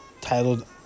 titled